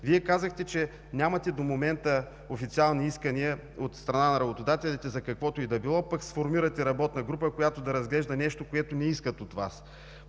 Вие казахте, че нямате до момента официални искания от страна на работодателите за каквото и да било, пък сформирате работна група, която да разглежда нещо, които не искат от Вас.